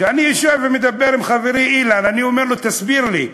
כשאני יושב ומדבר עם חברי אילן אני אומר לו: תסביר לי,